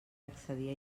accedir